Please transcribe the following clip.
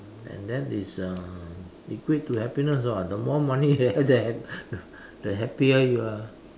and then it's um equate to happiness [what] the more money you have the hap~ the happier you are